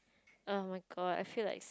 oh-my-god I feel like